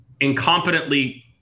incompetently